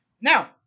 Now